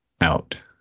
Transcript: out